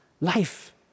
Life